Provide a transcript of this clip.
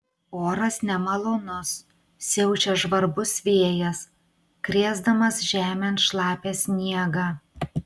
oras nemalonus siaučia žvarbus vėjas krėsdamas žemėn šlapią sniegą